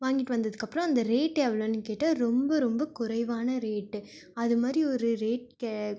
வாங்கிட்டு வந்ததுக்கு அப்புறம் அந்த ரேட் எவ்வளோனு கேட்டு ரொம்ப ரொம்ப குறைவான ரேட்டு அது மாதிரி ஒரு ரேட் கே